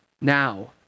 Now